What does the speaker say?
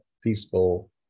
peaceful